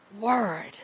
word